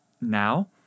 now